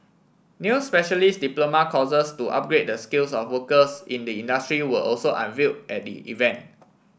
new specialist diploma courses to upgrade the skills of workers in the industry were also unveil at the event